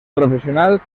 profesional